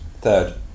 Third